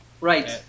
Right